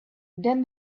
then